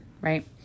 right